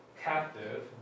captive